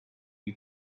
you